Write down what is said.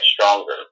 stronger